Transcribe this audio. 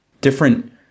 different